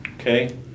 Okay